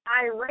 irate